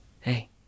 Hey